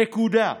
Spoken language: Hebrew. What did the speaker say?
נקודה.